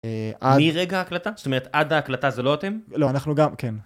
מי רגע הקלטה? זאת אומרת עד ההקלטה זה לא אתם? לא, אנחנו גם כן.